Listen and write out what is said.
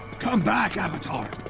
come back avatar.